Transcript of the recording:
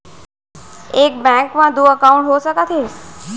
एक बैंक में दू एकाउंट हो सकत हे?